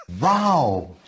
Wow